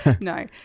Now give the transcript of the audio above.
No